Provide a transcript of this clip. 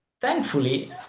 thankfully